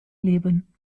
leben